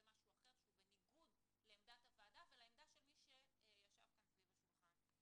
משהו אחר שהוא בניגוד לעמדת הוועדה ולעמדה של מי שישב כאן סביב לשולחן.